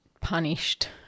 punished